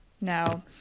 No